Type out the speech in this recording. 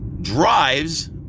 drives